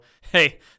hey